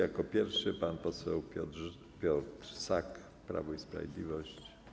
Jako pierwszy pan poseł Piotr Sak, Prawo i Sprawiedliwość.